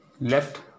left